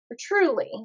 truly